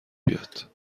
بیاد